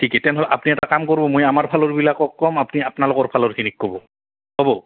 ঠিক ঠিক তেনেহ'লে আপুনি এটা কাম কৰিব মই আমাৰ ফালৰবিলাকক কম আপুনি আপোনালোকৰ ফালৰখিনিক কব হ'ব